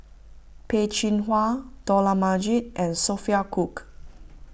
Peh Chin Hua Dollah Majid and Sophia Cooke